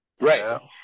Right